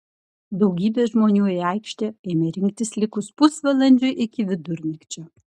daugybė žmonių į aikštę ėmė rinktis likus pusvalandžiui iki vidurnakčio